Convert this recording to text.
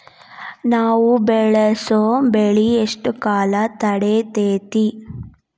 ನಾವು ಬೆಳಸೋ ಬೆಳಿ ಎಷ್ಟು ಕಾಲ ತಡೇತೇತಿ?